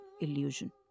illusion